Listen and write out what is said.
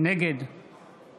נגד